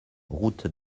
route